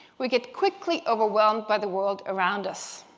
we get quickly overwhelmed by the world around us.